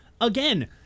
again